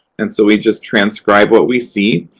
and so we just transcribe what we see.